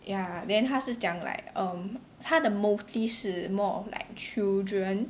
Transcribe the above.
ya then 他是讲 like um 他的 motive 是 more of like children